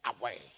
away